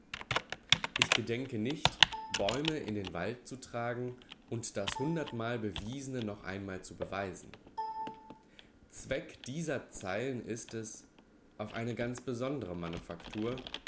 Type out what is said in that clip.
ich gedenke nicht bäume in den wald zu tragen und das hundertmal bewiesene noch einmal zu beweisen zweck dieser zeilen ist es auf eine ganz besondere manufaktur